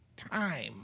Time